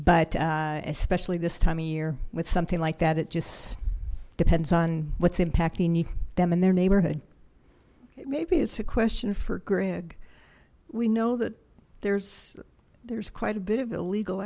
but especially this time of year with something like that it just depends on what's impacting you them in their neighborhood okay maybe it's a question for greg we know that there's there's quite a bit of illegal